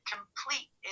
complete